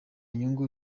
nyungu